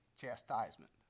chastisement